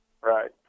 Right